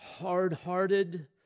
hard-hearted